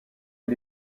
est